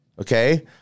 Okay